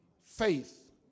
faith